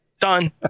Done